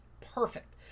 Perfect